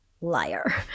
liar